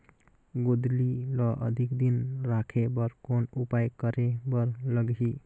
गोंदली ल अधिक दिन राखे बर कौन उपाय करे बर लगही?